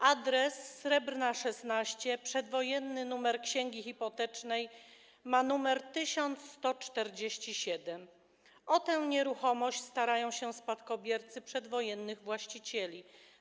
Adres: Srebrna 16, przedwojenny numer księgi hipotecznej: 1147 - o tę nieruchomość starają się spadkobiercy przedwojennych właścicieli.